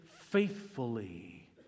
faithfully